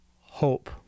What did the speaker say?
hope